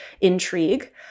intrigue